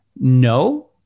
no